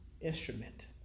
instrument